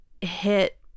hit